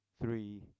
three